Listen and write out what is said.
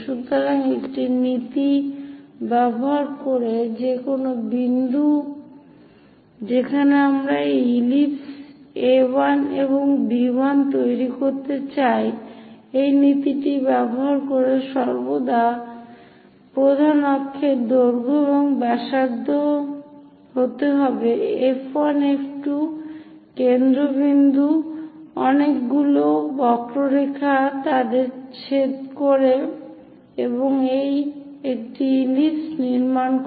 সুতরাং একটি নীতি ব্যবহার করে যে কোন বিন্দু যেখানে আমরা এই ইলিপস A1 এবং B1 তৈরি করতে চাই সেই নীতিটি ব্যবহার করে সর্বদা প্রধান অক্ষের দৈর্ঘ্য এবং ব্যাসার্ধ হতে হবে F1 F2 কেন্দ্রবিন্দু অনেকগুলি বক্ররেখা তাদের ছেদ করে এবং একটি ইলিপস নির্মাণ করে